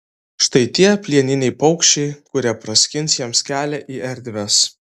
štai tie plieniniai paukščiai kurie praskins jiems kelią į erdves